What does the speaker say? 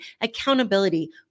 accountability